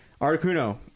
articuno